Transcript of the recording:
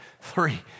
three